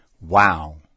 Wow